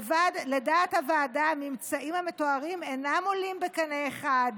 לדעת הוועדה הממצאים המתוארים אינם עולים בקנה אחד